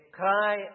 cry